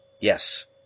Yes